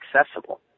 accessible